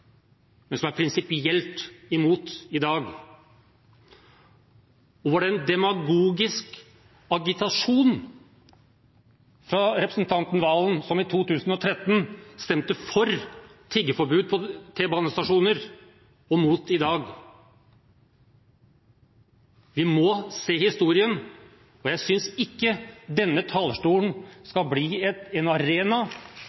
men som er prinsipielt imot i dag? Og var det en demagogisk agitasjon fra representanten Valen, som i 2013 stemte for tiggeforbud på T-banestasjoner og imot i dag? Vi må se historien, og jeg synes ikke denne talerstolen skal bli en arena